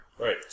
Right